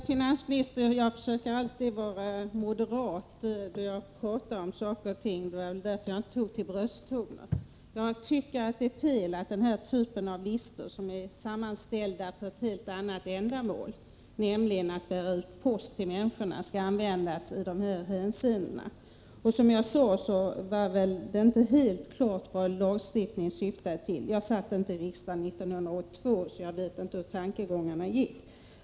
Herr talman! Jag försöker alltid, herr finansminister, att vara moderat då jag talar om saker och ting. Det var därför som jag inte tog till brösttoner. Jag tycker att det är fel att denna typ av listor, som är sammanställda för ett helt annat ändamål, nämligen för postutbärning till människorna, skall användas i de hänseenden som nu är aktuella. Som jag sade var det inte helt klart vad lagstiftningen syftade till. Jag satt inte i riksdagen 1982, så jag vet inte hur tankegångarna då gick.